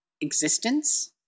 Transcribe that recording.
existence